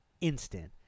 instant